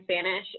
Spanish